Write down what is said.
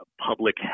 public